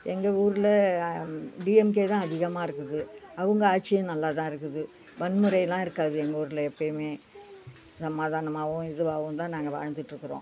எங்கள் ஊரில் டிஎம்கே தான் அதிகமாக இருக்குது அவங்க ஆட்சியும் நல்லா தான் இருக்குது வன்முறையெலாம் இருக்காது எங்கள் ஊரில் எப்போயுமே சமாதானமாகவும் இதுவாகவும் தான் நாங்கள் வாழ்ந்துகிட்டுருக்குறோம்